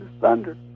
thunder